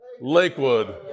Lakewood